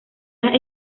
las